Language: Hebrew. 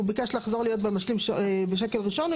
הוא ביקש לחזור להיות במשלים בשקל ראשון הוא